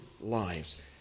lives